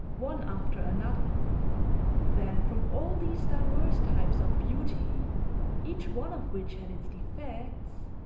one after another then from all these diverse types of beauty each one of which had its defects,